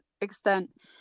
extent